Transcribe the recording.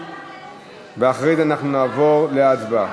ואחרי זה אנחנו נעבור להצבעה.